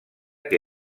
que